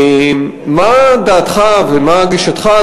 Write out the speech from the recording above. מה דעתך ומה גישתך,